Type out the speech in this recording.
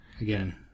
Again